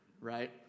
Right